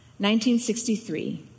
1963